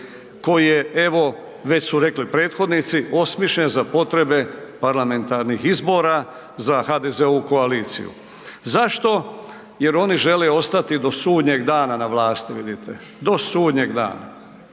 koji je evo, već su rekli prethodnici, osmišljen za potrebe parlamentarnih izbora za HDZ-ovu koaliciju. Zašto? Jer oni žele ostati do sudnjeg dana na vlasti, vidite, do sudnjeg dana.